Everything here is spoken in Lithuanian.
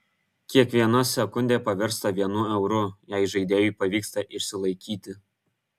kiekviena sekundė pavirsta vienu euru jei žaidėjui pavyksta išsilaikyti